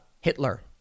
Hitler